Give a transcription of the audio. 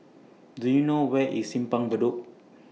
Do YOU know Where IS Simpang Bedok